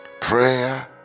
Prayer